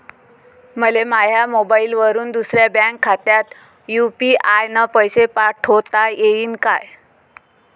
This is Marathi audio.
मले माह्या मोबाईलवरून दुसऱ्या बँक खात्यात यू.पी.आय न पैसे पाठोता येईन काय?